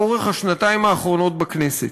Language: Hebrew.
לאורך השנתיים האחרונות בכנסת: